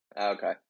Okay